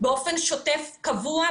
באופן שוטף וקבוע,